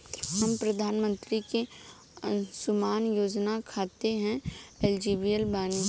हम प्रधानमंत्री के अंशुमान योजना खाते हैं एलिजिबल बनी?